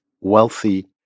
wealthy